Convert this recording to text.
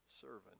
servant